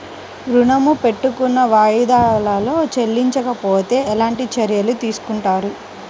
ఋణము పెట్టుకున్న వాయిదాలలో చెల్లించకపోతే ఎలాంటి చర్యలు తీసుకుంటారు?